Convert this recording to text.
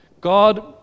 God